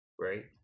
right